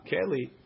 Kelly